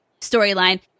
storyline